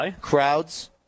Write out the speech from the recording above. crowds